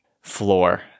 floor